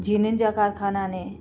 जीननि जा कारखाना आहिनि